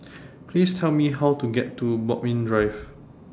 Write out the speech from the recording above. Please Tell Me How to get to Bodmin Drive